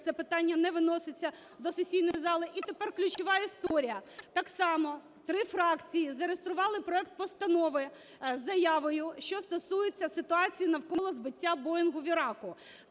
це питання не виноситься до сесійної зали. І тепер ключова історія. Так само три фракції зареєстрували проект постанови з заявою, що стосується ситуації навколо збиття "боїнгу" в Іраку.